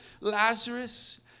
Lazarus